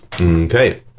Okay